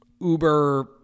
Uber